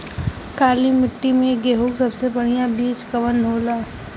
काली मिट्टी में गेहूँक सबसे बढ़िया बीज कवन होला?